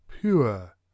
pure